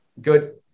good